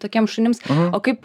tokiems šunims o kaip